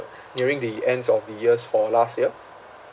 nearing the ends of the years for last year